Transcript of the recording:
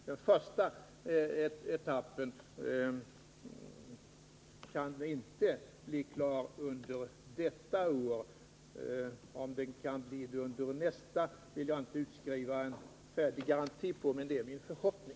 Den första etappen kan inte bli klar under detta år. Om den blir det under nästa år kan jag inte garantera, men det är min förhoppning.